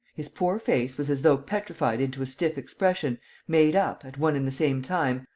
his poor face was as though petrified into a stiff expression made up, at one and the same time,